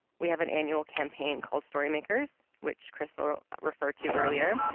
we have an annual campaign called storymakers which crystal referred to earlier,